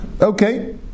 okay